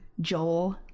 Joel